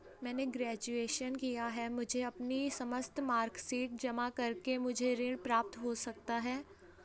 मैंने ग्रेजुएशन किया है मुझे अपनी समस्त मार्कशीट जमा करके मुझे ऋण प्राप्त हो सकता है?